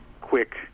quick